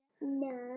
No